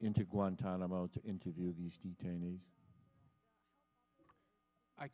into guantanamo to interview these detainees i